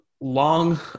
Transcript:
long